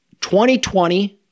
2020